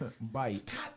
Bite